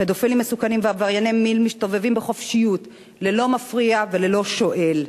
פדופילים מסוכנים ועברייני מין מסתובבים בחופשיות ללא מפריע וללא שואל.